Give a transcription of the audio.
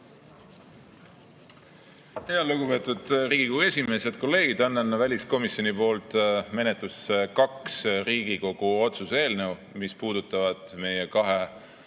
lugupeetud Riigikogu esimees! Head kolleegid! Annan väliskomisjoni poolt menetlusse kaks Riigikogu otsuse eelnõu, mis puudutavad meie kahe